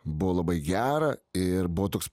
buvo labai gera ir buvo toks